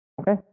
okay